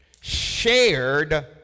shared